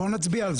בואו נצביע על זה.